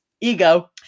Ego